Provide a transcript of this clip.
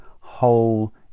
whole